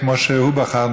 כמו שהוא בחר,